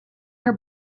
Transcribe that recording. her